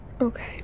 Okay